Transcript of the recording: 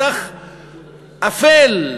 מסך אפל,